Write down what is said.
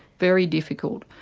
very difficult.